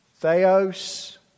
Theos